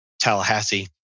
Tallahassee